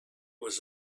was